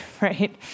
right